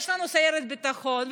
יש לנו סיירת ביטחון.